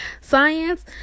science